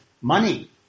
money